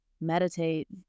meditate